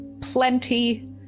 plenty